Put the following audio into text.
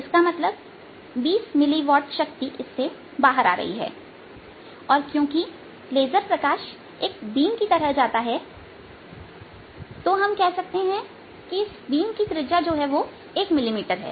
इसका मतलब 20 मिलीवॉट शक्ति इससे बाहर आ रही है और क्योंकि लेजर प्रकाश 1 बीम की तरह जाता है तो हम कह सकते हैं कि इस बीम की त्रिज्या 1 मिलीमीटर है